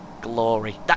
glory